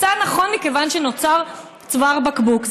הוא עשה נכון מכיוון שנוצר צוואר בקבוק.